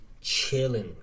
chilling